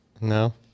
No